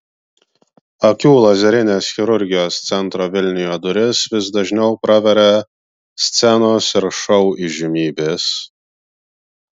akių lazerinės chirurgijos centro vilniuje duris vis dažniau praveria scenos ir šou įžymybės